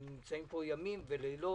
פעמים רבות הם נמצאים ימים ולילות.